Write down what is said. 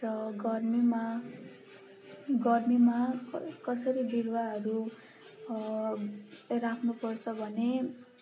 र गर्मीमा गर्मीमा कसरी बिरुवाहरू राख्नुपर्छ भने